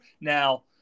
Now